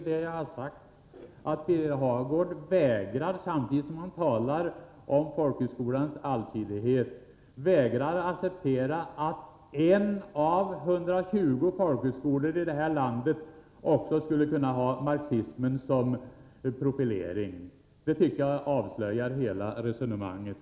Herr talman! Det är ju det jag har sagt — samtidigt som Birger Hagård talar om folkhögskolans allsidighet vägrar han acceptera att en av 120 folkhögskolor här i landet skulle kunna ha en marxistisk profilering. Det tycker jag avslöjar hela resonemanget.